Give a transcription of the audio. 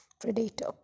predator